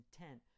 intent